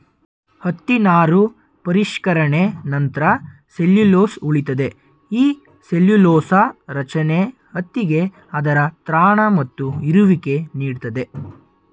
ಹತ್ತಿ ನಾರು ಪರಿಷ್ಕರಣೆ ನಂತ್ರ ಸೆಲ್ಲ್ಯುಲೊಸ್ ಉಳಿತದೆ ಈ ಸೆಲ್ಲ್ಯುಲೊಸ ರಚನೆ ಹತ್ತಿಗೆ ಅದರ ತ್ರಾಣ ಮತ್ತು ಹೀರುವಿಕೆ ನೀಡ್ತದೆ